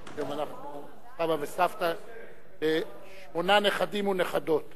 גם אנחנו סבא וסבתא, שמונה נכדים ונכדות.